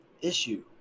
issue